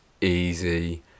easy